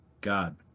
god